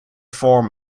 form